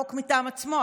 חוק מטעם עצמו,